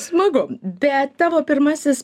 smagu bet tavo pirmasis